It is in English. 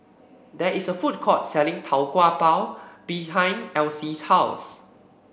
there is a food court selling Tau Kwa Pau behind Alcee's house